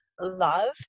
love